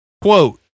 quote